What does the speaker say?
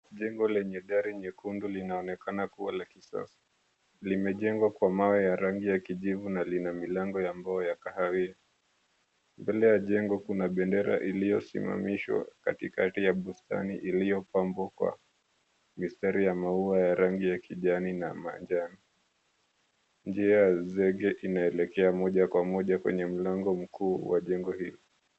Jengo lenye dari nyekundu linaonekana kuwa la kisasa. Limejengwa kwa mawe ya rangi ya kijivu na lina milango ya mbao ya kahawia. Mbele ya jengo kuna bendera iliyosimamishwa katikati ya bustani iliyopambwa kwa mistari ya maua ya rangi ya kijani na manjano. Njia ya zege inaelekea moja kwa moja kwenye mlango mkuu wa jengo hilo.